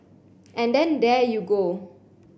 and then there you go